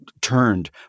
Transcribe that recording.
turned